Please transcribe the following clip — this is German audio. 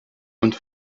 und